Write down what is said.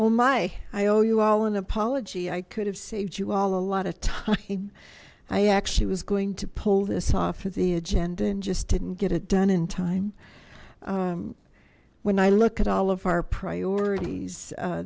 oh my i owe you all an apology i could have saved you all a lot of time i actually was going to pull this off of the agenda and just didn't get it done in time when i look at all of our priorities